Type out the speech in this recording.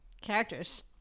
characters